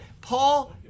Paul